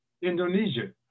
Indonesia